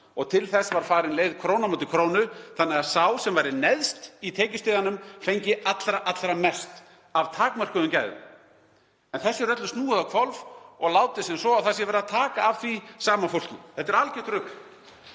Til þess var farin leið krónu á móti krónu þannig að sá sem væri neðst í tekjustiganum fengi allra mest af takmörkuðum gæðum. En þessu er öllu snúið á hvolf og látið sem svo að verið væri að taka af því sama fólki. Þetta er algjört rugl.